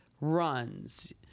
runs